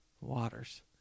waters